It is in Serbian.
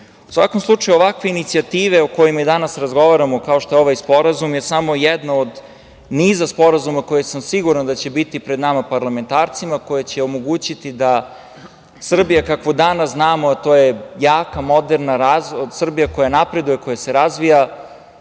svakom slučaju, ovakve inicijative o kojima i danas razgovaramo, kao što je ovaj sporazum, je samo jedan od niza sporazuma za koje sam siguran da će biti pred nama parlamentarcima, koji će omogućiti da Srbija kakvu danas znamo, a to je jaka, moderna, Srbija koja napreduje, koja se razvija,